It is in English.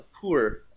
poor